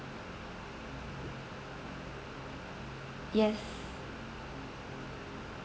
yes